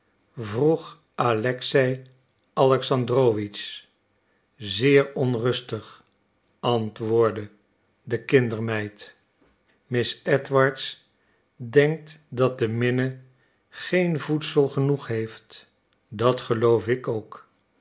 vroeg alexei alexandrowitsch zeer onrustig antwoordde de kindermeid miss edwards denkt dat de minne geen voedsel genoeg heeft dat geloof ik ook